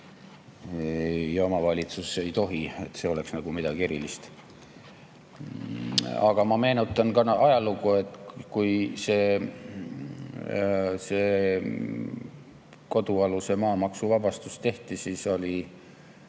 ja omavalitsus ei tohi? See oleks nagu midagi erilist. Aga ma meenutan ka ajalugu. Kui see kodualuse maa maksuvabastus tehti, siis oli